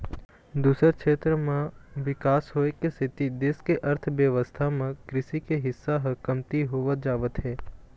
दूसर छेत्र म बिकास होए के सेती देश के अर्थबेवस्था म कृषि के हिस्सा ह कमती होवत जावत हे